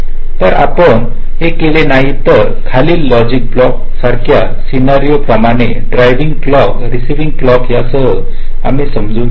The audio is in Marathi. तर आपण ते केले नाही तर खालील लॉजिक ब्लॉक सारख्याच सन्यारीहो प्रमाणे ड्रायविंग क्लॉक रेसिइविंग क्लॉक यासह आम्ही समजून सांगू